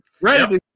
Ready